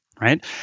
right